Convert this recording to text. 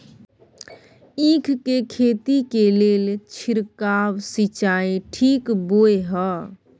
ईख के खेती के लेल छिरकाव सिंचाई ठीक बोय ह?